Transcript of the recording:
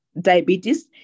diabetes